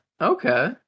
Okay